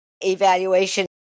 evaluation